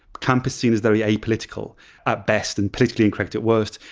camp is seen as very apolitical at best, and politically incorrect at worst.